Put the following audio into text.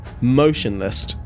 motionless